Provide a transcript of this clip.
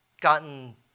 gotten